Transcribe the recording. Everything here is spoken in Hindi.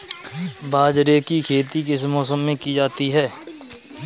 बाजरे की खेती किस मौसम में की जाती है?